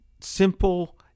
simple